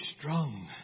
strong